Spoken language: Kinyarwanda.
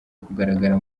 kugaragara